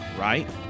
right